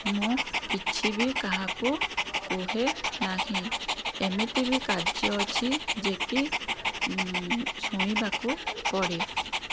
ମୁଁ କିଛି ବି କାହାକୁ କୁହେନାହିଁ ଏମିତି ବି କାର୍ଯ୍ୟ ଅଛି ଯିଏକି ଶୁଣିବାକୁ ପଡ଼େ